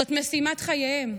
זאת משימת חייהם.